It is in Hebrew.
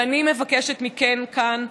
ואני מבקשת מכם, כאן,